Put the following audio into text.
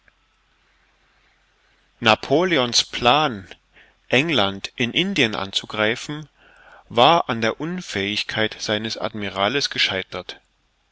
napoleon's plan england in indien anzugreifen war an der unfähigkeit seines admirales gescheitert